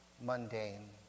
mundane